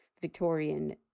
Victorian